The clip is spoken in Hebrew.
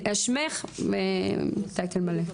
שמך וטייטל מלא.